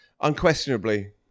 Unquestionably